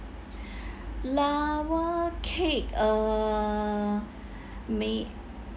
lava cake uh may